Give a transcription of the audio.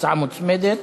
הצעה מוצמדת.